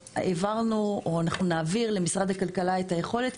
אנחנו נעביר למשרד הכלכלה את היכולת,